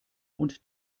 und